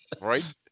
right